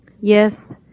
Yes